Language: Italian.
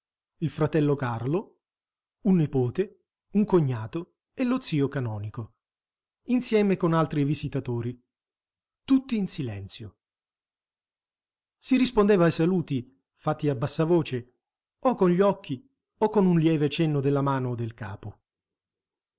il fratello carlo un nipote un cognato e lo zio canonico insieme con altri visitatori tutti in silenzio si rispondeva ai saluti fatti a bassa voce o con gli occhi o con un lieve cenno della mano o del capo